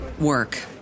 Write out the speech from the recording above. work